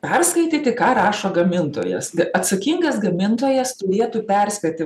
perskaityti ką rašo gamintojas atsakingas gamintojas turėtų perspėti